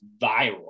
viral